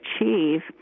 achieve